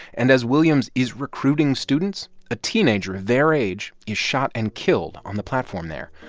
and as williams is recruiting students, a teenager their age is shot and killed on the platform there.